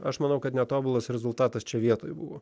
aš manau kad netobulas rezultatas čia vietoj buvo